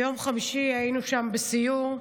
ביום חמישי היינו שם בסיור,